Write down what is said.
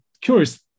curious